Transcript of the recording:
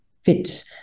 fit